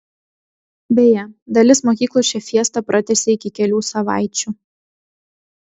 beje dalis mokyklų šią fiestą pratęsė iki kelių savaičių